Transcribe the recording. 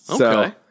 Okay